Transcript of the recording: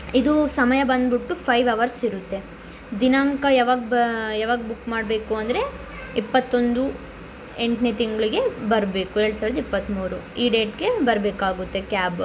ಇದು ಸಮಯ ಬಂದ್ಬಿಟ್ಟು ಫೈವ್ ಅವರ್ಸ್ ಇರುತ್ತೆ ದಿನಾಂಕ ಯಾವಾಗ ಬ ಯಾವಾಗ ಬುಕ್ ಮಾಡಬೇಕು ಅಂದರೆ ಇಪ್ಪತ್ತೊಂದು ಎಂಟನೇ ತಿಂಗಳಿಗೆ ಬರಬೇಕು ಎರಡು ಸಾವಿರದ ಇಪ್ಪತ್ತ್ಮೂರು ಈ ಡೇಟ್ಗೆ ಬರಬೇಕಾಗುತ್ತೆ ಕ್ಯಾಬ